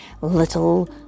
little